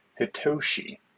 Hitoshi